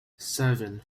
seven